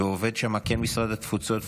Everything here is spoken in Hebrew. ועובד שם משרד התפוצות,